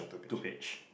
two page